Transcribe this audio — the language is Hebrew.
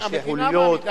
ראשי חוליות.